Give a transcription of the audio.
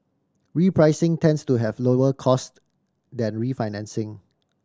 repricing tends to have lower cost than refinancing